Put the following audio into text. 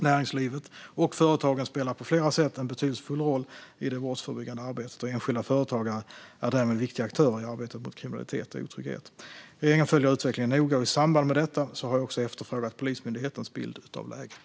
Näringslivet och företagen spelar på flera sätt en betydelsefull roll i det brottsförebyggande arbetet. Enskilda företagare är därmed viktiga aktörer i arbetet mot kriminalitet och otrygghet. Regeringen följer utvecklingen noga. I samband med detta har jag också efterfrågat Polismyndighetens bild av läget.